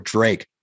Drake